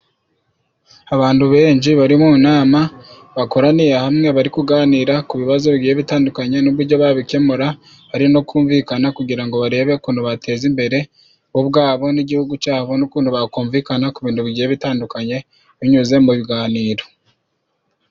Abantu benji bari mu nama bakoraniye hamwe bari kuganira ku bibazo bigiye bitandukanye n'ubujyo babikemura, bari no kumvikana kugira ngo barebe ukuntu bateza imbere bo ubwabo n'igihugu cabo n'ukuntu bakumvikana ku bintu bigiye bitandukanye binyuze mu biganiro.